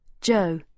Joe